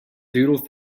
doodle